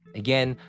again